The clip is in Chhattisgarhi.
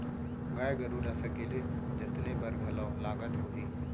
गाय गरू ल सकेले जतने बर घलौ लागत होही?